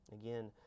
Again